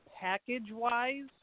package-wise